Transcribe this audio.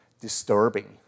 disturbing